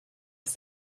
ist